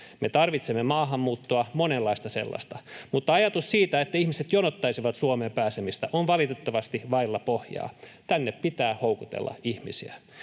Me tarvitsemme maahanmuuttoa, monenlaista sellaista, mutta ajatus siitä, että ihmiset jonottaisivat Suomeen pääsemistä, on valitettavasti vailla pohjaa. Tänne pitää houkutella ihmisiä,